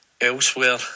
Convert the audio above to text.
elsewhere